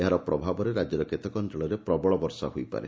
ଏହାର ପ୍ରଭାବରେ ରାଜ୍ୟର କେତେକ ଅଞଳରେ ପ୍ରବଳ ବର୍ଷା ମଧ୍ଧ ହୋଇପାରେ